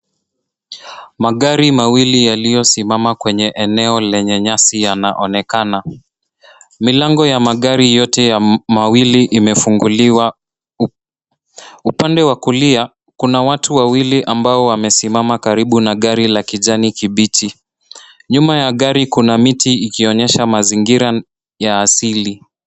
Magari mawili yaliyosimama kwenye eneo lenye nyasi yanaonekana. Milango ya magari yote mawili imefunguliwa. Upande wa kulia, kuna watu wawili ambao wamesimama karibu na gari la kijani kibichi. Nyuma ya gari kuna miti ikionyesha mazingira ya asili.